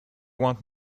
want